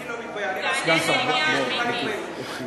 אני לא מתבייש, תענה לעניין, מיקי.